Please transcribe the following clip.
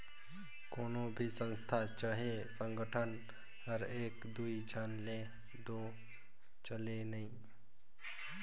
कोनो भी संस्था चहे संगठन हर एक दुई झन ले दो चले नई